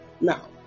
now